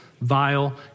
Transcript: vile